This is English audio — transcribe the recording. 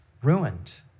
ruined